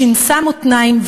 שינסה מותניים,